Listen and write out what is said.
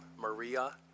Maria